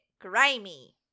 grimy